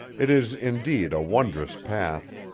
it is, indeed, a wondrous path.